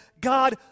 God